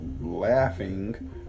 laughing